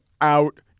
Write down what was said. out